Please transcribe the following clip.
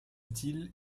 utile